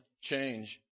change